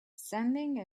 sending